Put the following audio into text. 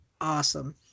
awesome